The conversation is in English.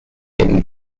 him